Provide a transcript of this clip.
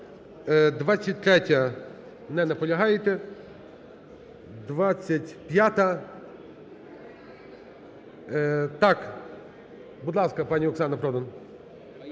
23-я. Не наполягаєте. 25-а. Так, будь ласка, пані Оксана Продан.